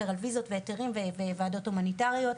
על וויזות והיתרים ועל וועדות הומניטאריות.